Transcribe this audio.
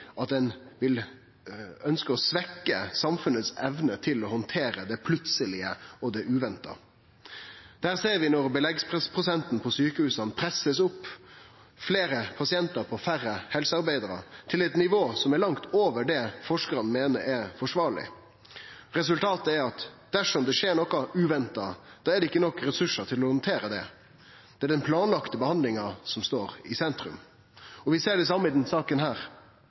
at ein ønskjer å svekkje den evna samfunnet har til å handtere det plutselege og uventa. Dette ser vi når beleggprosenten på sjukehusa blir pressa opp, med fleire pasientar på færre helsearbeidarar, til eit nivå som er langt over det forskarane meiner er forsvarleg. Resultatet er at dersom det skjer noko uventa, er det ikkje nok ressursar til å handtere det. Det er den planlagde behandlinga som står i sentrum. Vi ser det same i denne saka,